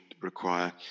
require